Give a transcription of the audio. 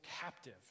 captive